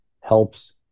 helps